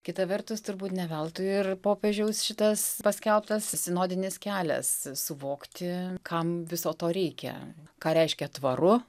kita vertus turbūt ne veltui ir popiežiaus šitas paskelbtas sinodinis kelias suvokti kam viso to reikia ką reiškia tvaru